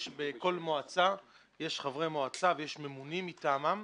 יש בכל מועצה חברי מועצה ויש ממונים מטעמם,